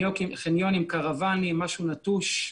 חניון עם קרוואנים, משהו נטוש,